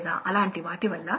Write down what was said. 56 ను పొందుతారు అదేవిధంగా 2